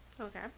Okay